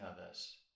others